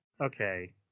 okay